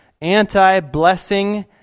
anti-blessing